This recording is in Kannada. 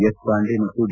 ಎಸ್ ಪಾಂಡೆ ಮತ್ತು ಡಿ